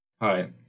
Hi